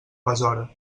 besora